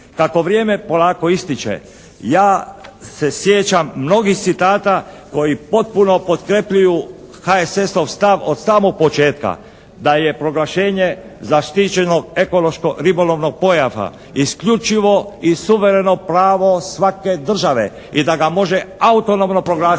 Kako vrijeme polako ističe ja se sjećam mnogih citata koji potpuno potkrjepljuju HSS-ov stav od samog početka, da je proglašenje zaštićenog ekološko-ribolovnog pojasa isključivo i suvereno pravo svake države i da ga može autonomno proglasiti.